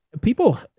people